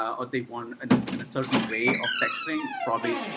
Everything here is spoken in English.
or they want in a and certain way of texturing probably,